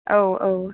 औ औ